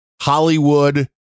Hollywood